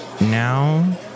now